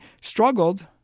struggled